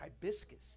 hibiscus